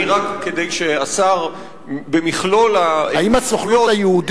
אני בטוח שהשר ימצא את דרכו במכלול המורכבויות.